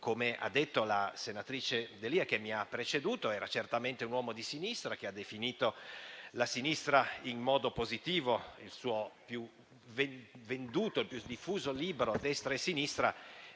Come ha detto la senatrice D'Elia, che mi ha preceduto, era certamente un uomo di sinistra, che ha definito la sinistra in modo positivo. Il suo libro più venduto e più diffuso, «Destra e sinistra»,